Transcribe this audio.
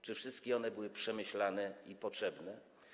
Czy wszystkie były przemyślane i potrzebne?